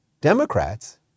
Democrats